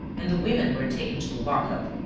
and the women were taken to the lock-up.